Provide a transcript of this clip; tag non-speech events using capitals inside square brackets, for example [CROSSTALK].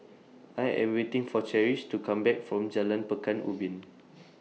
I Am waiting For Cherish to Come Back from Jalan Pekan Ubin [NOISE]